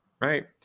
Right